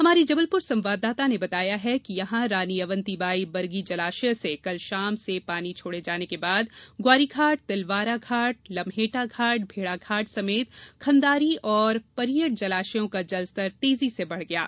हमारी जबलपुर संवाददाता ने बताया है कि यहां रानी अवंती बाई बरगी जलाशय से कल शाम से पानी छोड़े जाने के बाद ग्वारीघाट तिलवारा घाट लम्हेटा घाट भेड़ाघाट समेत खंदारी और परियट जलाशयों का जल स्तर तेजी से बढ़ गया है